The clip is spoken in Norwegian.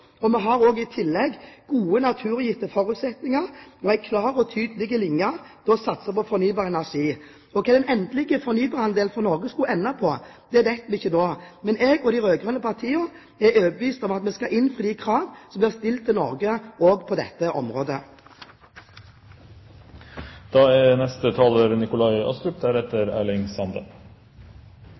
Vi har i tillegg til gode, naturgitte forutsetninger en klar og tydelig vilje til å satse på fornybar energi. Hva den endelige fornybarandelen for Norge skulle ende på, vet vi ikke nå, men jeg og de rød-grønne partiene er overbevist om at vi skal innfri de krav som blir stilt til Norge også på dette området. Det er